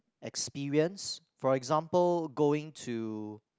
experience